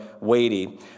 weighty